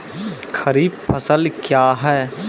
खरीफ फसल क्या हैं?